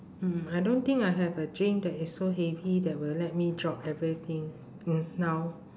mm I don't think I have a dream that is so heavy that will let me drop everything n~ now